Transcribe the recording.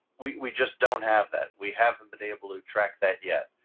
we we just don't have that, we haven't been able to track that yet.